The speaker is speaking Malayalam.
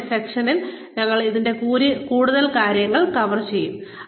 നാളത്തെ സെഷനിൽ ഞങ്ങൾ ഇതിന്റെ കൂടുതൽ കാര്യങ്ങൾ കവർ ചെയ്യും